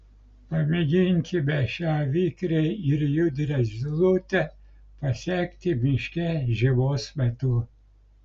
pamėginkime šią vikrią ir judrią zylutę pasekti miške žiemos metu